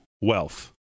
wealth